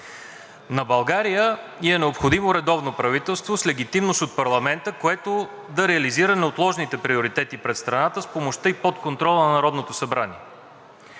На България ѝ е необходимо редовно правителство с легитимност от парламента, което да реализира неотложните приоритети пред страната с помощта и под контрола на Народното събрание.